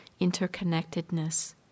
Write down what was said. interconnectedness